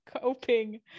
coping